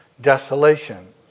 desolation